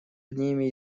одними